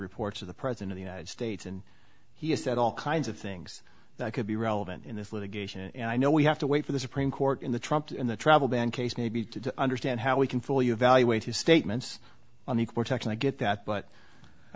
reports of the president of the united states and he has said all kinds of things that could be relevant in this litigation and i know we have to wait for the supreme court in the trump in the travel ban case maybe to understand how we can fully evaluate his statements on the cortex and i get that but i